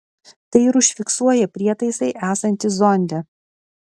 tai ir užfiksuoja prietaisai esantys zonde